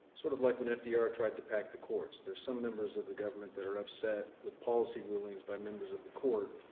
sort of like when fdr tried to pack the courts. there are some members of the government that are upset with policy rulings by members of the court.